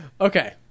Okay